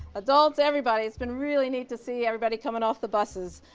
adults, everybody. it's been really neat to see everybody coming off the buses.